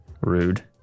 Rude